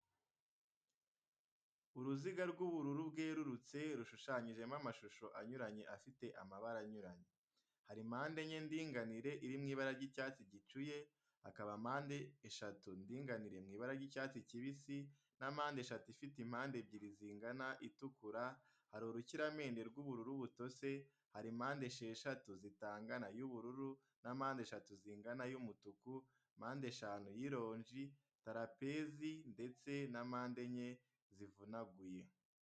Uruziga rw'ubururu bwerurutse, rushushanyijemo amashusho anyuranye afite amabara anyuranye. Hari mpande enye ndinganire iri mu ibara ry'icyatsi gicuye, hakaba mpande eshatu ndinganire mu ibara ry'icyatsi kibisi na mpande eshatu ifite impande ebyiri zingana itukura, hari urukiramende rw'ubururu butose, hari mpande esheshatu zitangana y'ubururu na mpande esheshatu zingana y'umutuku, mpande shanu y'ironji, tarapezi ndetse na mpande enye zivunaguye.